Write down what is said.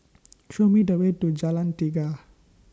Show Me The Way to Jalan Tiga